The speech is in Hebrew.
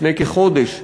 לפני כחודש,